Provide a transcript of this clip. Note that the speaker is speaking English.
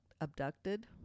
abducted